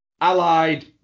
Allied